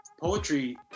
poetry